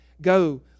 go